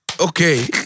Okay